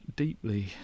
Deeply